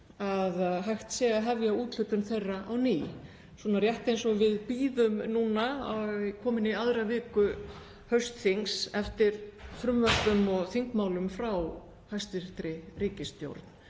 að hægt sé að hefja úthlutun þeirra á ný, rétt eins og við bíðum núna, komin í aðra viku haustþings, eftir frumvörpum og þingmálum frá hæstv. ríkisstjórn.